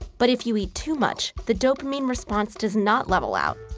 but if you eat too much, the dopamine response does not level out.